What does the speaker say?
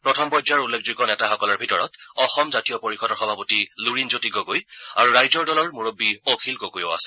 প্ৰথম পৰ্য্যায়ৰ উল্লেখযোগ্য নেতাসকলৰ ভিতৰত অসম জাতীয় পৰিয়দৰ সভাপতি লুৰীণ জ্যোতি গগৈ আৰু ৰাইজৰ দলৰ মূৰববী অখিল গগৈও আছে